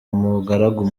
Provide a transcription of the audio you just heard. mugaragu